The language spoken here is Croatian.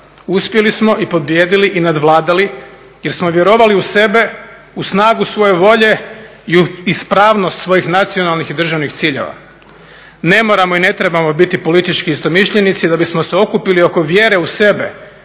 Uspjeli smo i pobijedili i nadvladali jer smo vjerovali u sebe, u snagu svoje volje i u ispravnost svojih nacionalnih i državnih ciljeva. Ne moramo i ne trebamo biti politički istomišljenici da bismo se okupili oko vjere u sebe